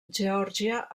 geòrgia